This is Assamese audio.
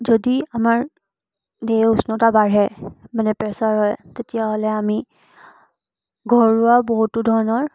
যদি আমাৰ দেহৰ উষ্ণতা বাঢ়ে মানে প্ৰেছাৰ হয় তেতিয়াহ'লে আমি ঘৰুৱা বহুতো ধৰণৰ